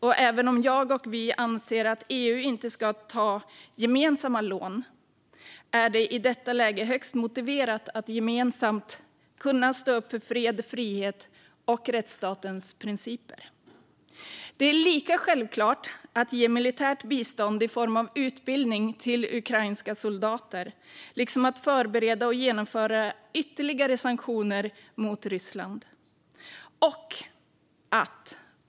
Och även om jag anser att EU inte ska ta gemensamma lån är det i detta läge högst motiverat att gemensamt stå upp för fred, frihet och rättsstatens principer. Lika självklart är det att ge militärt bistånd i form av utbildning av ukrainska soldater, liksom att förbereda och genomföra ytterligare sanktioner mot Ryssland.